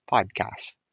Podcast